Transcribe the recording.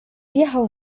wjechał